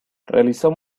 realizó